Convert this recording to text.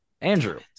Andrew